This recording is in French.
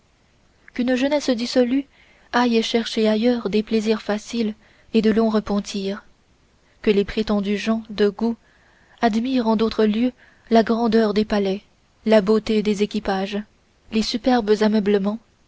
qu'une jeunesse dissolue aille chercher ailleurs des plaisirs faciles et de longs repentirs que les prétendus gens de goût admirent en d'autres lieux la grandeur des palais la beauté des équipages les superbes ameublements